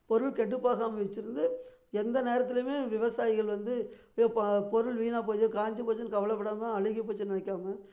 பொருள் கெட்டுப் போகாமல் வச்சுருந்து எந்த நேரத்திலயுமே விவசாயிகள் வந்து பொ பொருள் வீணாகப்போயோ காஞ்சு போச்சுனு கவலைப்படாம அழுகுப் போச்சுனு நினைக்காம